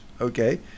okay